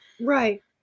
Right